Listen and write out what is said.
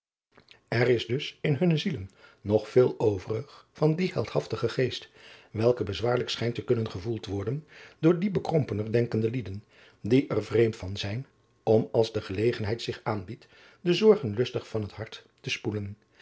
r is dus in hunne zielen nog veel overig van dien heldhaftigen geest welke bezwaarlijk schijnt te kunnen gevoeld worden driaan oosjes zn et leven van aurits ijnslager door die bekrompener denkende lieden die er vreemd van zijn om als de gelegenheid zich aanbiedt de zorgen lustig van het hart te spoelen